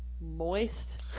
moist